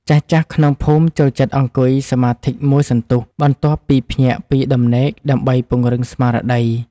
ចាស់ៗក្នុងភូមិចូលចិត្តអង្គុយសមាធិមួយសន្ទុះ បន្ទាប់ពីភ្ញាក់ពីដំណេកដើម្បីពង្រឹងស្មារតី។